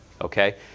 Okay